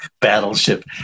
Battleship